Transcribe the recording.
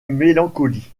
mélancolie